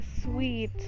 sweet